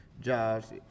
jobs